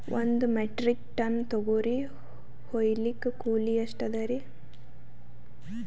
ಒಂದ್ metric ton ತೊಗರಿ ಹೋಯಿಲಿಕ್ಕ ಕೂಲಿ ಎಷ್ಟ ಅದರೀ?